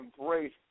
embrace